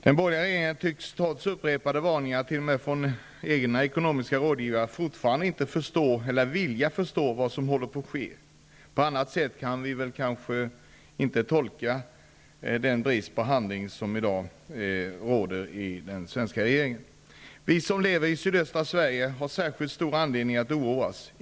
Den borgerliga regeringen tycks, trots upprepade varningar, t.o.m. från egna ekonomiska rådgivare, fortfarande inte vilja förstå vad som håller på att ske. På annat sätt kan vi inte tolka den brist på handling som i dag råder i den svenska regeringen. Vi som lever i sydöstra Sverige har särskilt stor anledning att oroas.